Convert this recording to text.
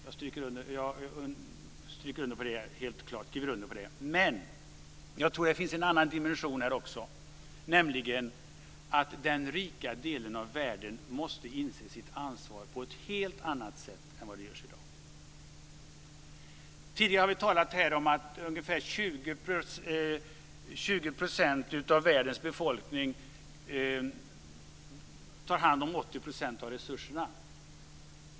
Jag skriver helt klart under på det. Men jag tror också att det finns en annan dimension, nämligen att den rika delen av världen måste inse sitt ansvar på ett helt annat sätt än vad som görs i dag. Tidigare har vi här talat om att ungefär 20 % av världens befolkning tar hand om 80 % av resurserna.